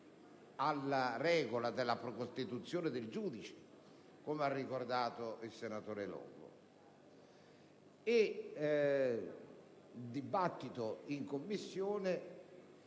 alla regola della precostituzione del giudice, come ha ricordato il senatore Longo. Il dibattito in Commissione